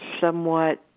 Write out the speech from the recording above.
somewhat